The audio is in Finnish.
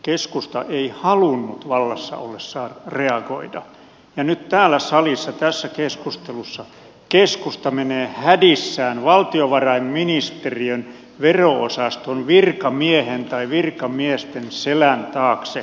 keskusta ei halunnut vallassa ollessaan reagoida ja nyt täällä salissa tässä keskustelussa keskusta menee hädissään valtiovarainministeriön vero osaston virkamiesten selän taakse